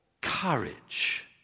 courage